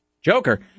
Joker